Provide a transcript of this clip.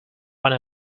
one